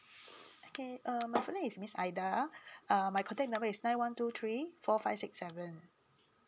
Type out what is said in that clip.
okay my full name is miss aida uh my contact number is nine one two three four five six seven